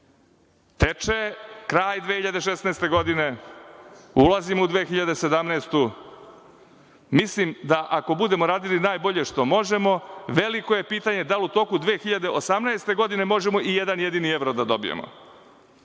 kraj 2016. godine, ulazimo u 2017. Godinu. Mislim da ako budemo radili najbolje što možemo, veliko je pitanje da li u toku 2018. godine možemo i jedan jedini evro da dobijemo,